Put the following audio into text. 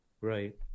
Right